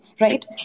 right